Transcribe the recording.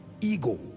Ego